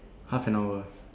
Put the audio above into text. half an hour